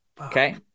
Okay